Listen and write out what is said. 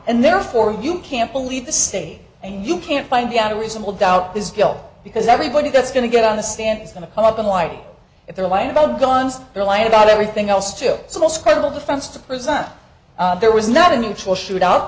and therefore you can't believe the state and you can't find out a reasonable doubt his guilt because everybody that's going to get on the stand is going to come up in light if they're lying about guns they're lying about everything else too so most credible defense to present there was not a neutral shootout